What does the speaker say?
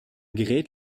gerät